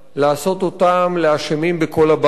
לעשות אותם לאשמים בכל הבעיות,